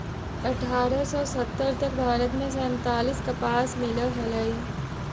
अट्ठारह सौ सत्तर तक भारत में सैंतालीस कपास मिल हलई